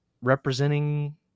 representing